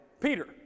Peter